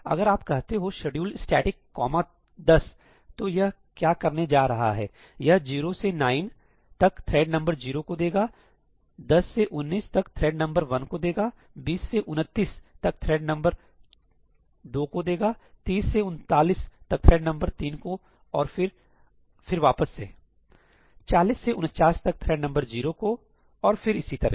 अगर आप कहते हो शेड्यूल स्टैटिक कोमा 10 तो यह क्या करने जा रहा है यह 0 से 9 तक थ्रेड नंबर जीरो को देगा 10 से 19 तक थ्रेड नंबर वन को देगा 20 से 29 तक तक थ्रेड नंबर 2 को 30 से 39 तक थ्रेड नंबर तीन को और फिर फिर वापस से 40 से 49 तक थ्रेड नंबर जीरो को और फिर इसी तरह